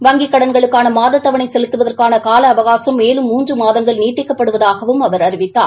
வங்கிக் கடன்களுக்கான மாத தவணை செலுத்துவதற்கான கால அவகாசம் மேலும் மூன்று மாதங்கள் நீட்டிக்கப்படுவதாகவும் அவர் அறிவித்தார்